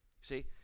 see